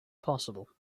possible